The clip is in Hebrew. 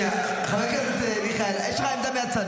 שנייה, חבר הכנסת מיכאל, יש לך עמדה מהצד.